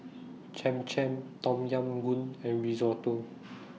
Cham Cham Tom Yam Goong and Risotto